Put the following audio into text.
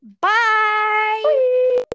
Bye